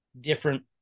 Different